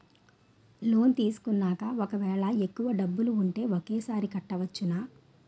Loan తీసుకున్నాక ఒకవేళ ఎక్కువ డబ్బులు ఉంటే ఒకేసారి కట్టవచ్చున?